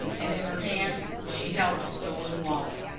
and in her hand she held the stolen wallet.